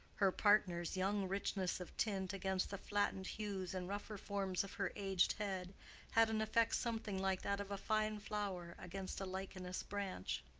her partner's young richness of tint against the flattened hues and rougher forms of her aged head had an effect something like that of a fine flower against a lichenous branch.